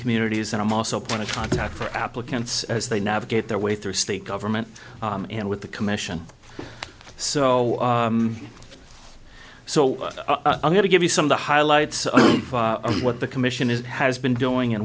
communities and i'm also point to contact for applicants as they navigate their way through state government and with the commission so so i'm going to give you some of the highlights of what the commission is it has been doing